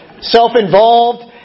self-involved